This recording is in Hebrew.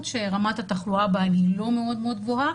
שרמת התחלואה בהן היא לא מאוד מאוד גבוהה.